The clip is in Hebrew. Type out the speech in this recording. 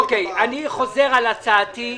אני חוזר על ההצעה שלי.